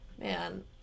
Man